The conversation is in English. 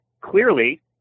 clearly